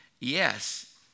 Yes